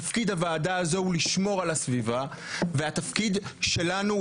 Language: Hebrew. תפקיד הוועדה הזו הוא לשמור על הסביבה והתפקיד שלנו הוא